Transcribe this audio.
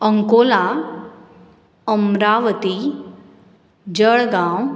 Ankola Amravati Jalgaon